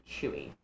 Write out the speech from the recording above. chewy